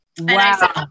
Wow